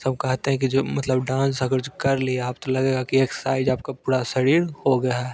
सब कहते हैं कि जो मतलब डांस अगर जो कर लिया तो लगेगा कि एक्सरसाइज़ आपका पूरा शरीर हो गया है